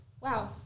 wow